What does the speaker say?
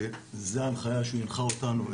זאת ההנחיה שהוא הנחה אותנו,